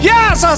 Yes